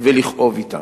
ולכאוב אתם.